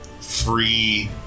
free